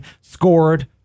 scored